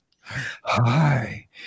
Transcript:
Hi